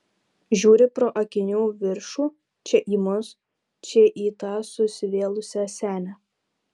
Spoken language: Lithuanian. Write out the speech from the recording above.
žiūri pro akinių viršų čia į mus čia į tą susivėlusią senę